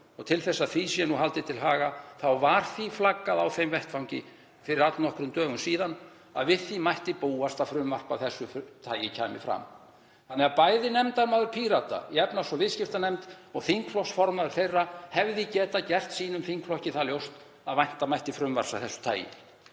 og til að því sé nú haldið til haga þá var því flaggað á þeim vettvangi fyrir allnokkrum dögum að við því mætti búast að frumvarp af þessu tagi kæmi fram þannig að bæði nefndarmaður Pírata í efnahags- og viðskiptanefnd og þingflokksformaður þeirra hefðu getað gert þingflokki sínum það ljóst að vænta mætti frumvarps af þessu tagi.